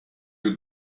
you